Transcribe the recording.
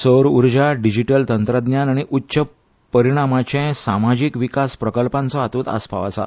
सौर उर्जा डिजीटल तंत्रज्ञान आनी उच्च परिणामाचे समाजीक विकस प्रकल्पांचो हातूंत आस्पाव आसा